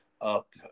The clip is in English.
up